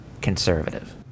conservative